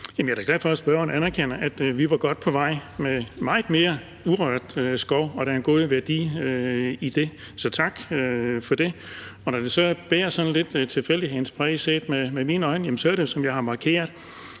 jeg er da glad for, at spørgeren anerkender, at vi var godt på vej med meget mere urørt skov, og at der er gode værdier i det. Så tak for det. Når det her så bærer sådan lidt tilfældighedernes præg – set med mine øjne – er det, som jeg har markeret,